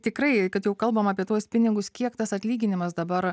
tikrai kad jau kalbam apie tuos pinigus kiek tas atlyginimas dabar